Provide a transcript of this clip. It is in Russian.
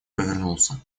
повернулся